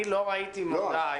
אני לא ראיתי מודעה.